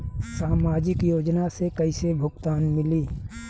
सामाजिक योजना से कइसे भुगतान मिली?